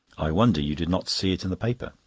i wonder you did not see it in the paper.